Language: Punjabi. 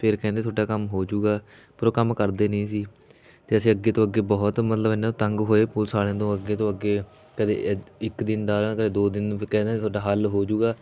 ਫਿਰ ਕਹਿੰਦੇ ਤੁਹਾਡਾ ਕੰਮ ਹੋਜੂਗਾ ਪਰ ਉਹ ਕੰਮ ਕਰਦੇ ਨਹੀਂ ਸੀ ਅਤੇ ਅਸੀਂ ਅੱਗੇ ਤੋਂ ਅੱਗੇ ਬਹੁਤ ਮਤਲਬ ਇਹਨਾਂ ਨੂੰ ਤੰਗ ਹੋਏ ਪੁਲਿਸ ਵਾਲਿਆਂ ਤੋਂ ਅੱਗੇ ਤੋਂ ਅੱਗੇ ਕਦੇ ਏ ਇੱਕ ਦਿਨ ਦਾ ਕਦੇ ਦੋ ਦਿਨ ਕਹਿੰਦੇ ਤੁਹਾਡਾ ਹੱਲ ਹੋਜੂਗਾ